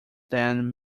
then